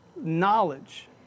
knowledge